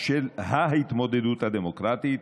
ההתמודדות הדמוקרטית,